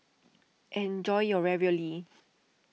enjoy your Ravioli